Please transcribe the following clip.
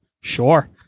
Sure